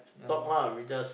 talk lah we just